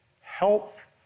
Health